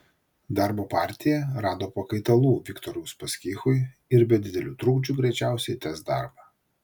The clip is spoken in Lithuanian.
darbo partija rado pakaitalų viktorui uspaskichui ir be didelių trukdžių greičiausiai tęs darbą